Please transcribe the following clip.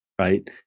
right